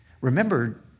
Remember